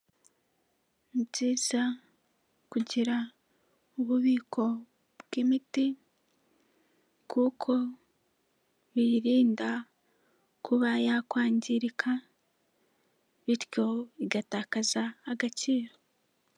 Ni byiza kugira ububiko bw'imiti kuko biyirinda kuba yakwangirika, bityo igatakaza agaciro.